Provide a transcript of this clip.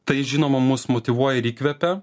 tai žinoma mus motyvuoja ir įkvepia